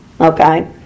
Okay